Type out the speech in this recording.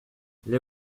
les